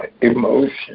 emotion